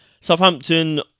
Southampton